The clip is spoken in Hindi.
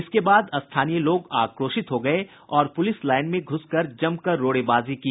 इसके बाद स्थानीय लोग आक्रोशित हो गए और पुलिस लाइन में घुसकर जमकर रोड़ेबाजी की